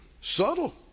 Subtle